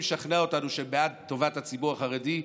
לשכנע אותנו שהם בעד טובת הציבור החרדי,